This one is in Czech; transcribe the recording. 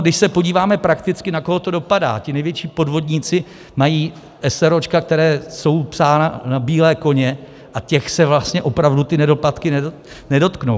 Když se podíváme prakticky, na koho to dopadá, ti největší podvodníci mají eseróčka, která jsou psána na bílé koně, a těch se vlastně opravdu ty nedoplatky nedotknou.